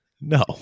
No